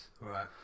Right